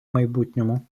майбутньому